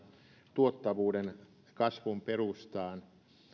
tuottavuuden kasvun perustaan